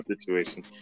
situation